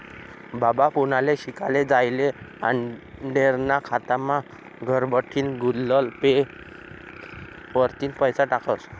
बाबा पुनाले शिकाले जायेल आंडेरना खातामा घरबठीन गुगल पे वरतीन पैसा टाकस